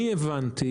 אני הבנתי,